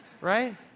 right